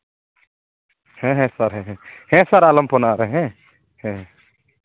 ᱦᱮᱸ ᱥᱟᱨ ᱦᱮᱸ ᱦᱮᱸ ᱦᱮᱸ ᱥᱟᱨ ᱟᱞᱚᱢ ᱯᱷᱳᱱᱟ ᱟᱨ ᱦᱮᱸ ᱦᱮᱸ